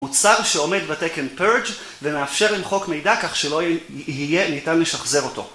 מוצר שעומד בתקן purge ומאפשר למחוק מידע כך שלא יהיה ניתן לשחזר אותו